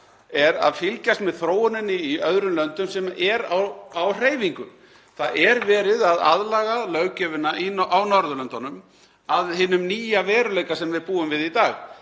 er að fylgjast með þróuninni í öðrum löndum sem er á hreyfingu. Það er verið að aðlaga löggjöfina á Norðurlöndunum að hinum nýja veruleika sem við búum við í dag.